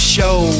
Show